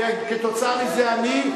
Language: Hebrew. וכתוצאה מזה אני,